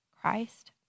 Christ